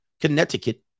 Connecticut